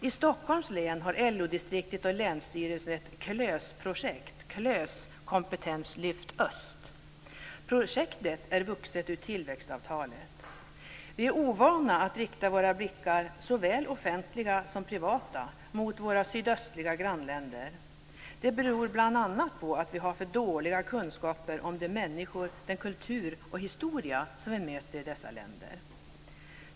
I Stockholms län har LO-distriktet och länsstyrelsen ett KLÖS-projekt. KLÖS står för Kompetenslyft Öst. Projektet har vuxit fram ur tillväxtavtalet. Vi är ovana vid att rikta våra blickar, såväl offentligt som privat, mot våra sydöstliga grannländer. Det beror bl.a. på att vi har för dåliga kunskaper om människorna, kulturen och historien i dessa länder.